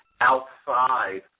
outside